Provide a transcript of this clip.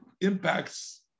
impacts